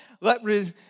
let